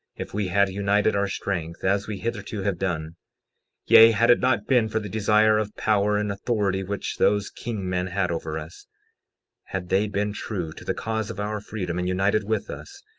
if we had united our strength as we hitherto have done yea, had it not been for the desire of power and authority which those king-men had over us had they been true to the cause of our freedom, and united with us,